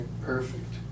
perfect